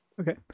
Okay